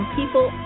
people